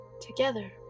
together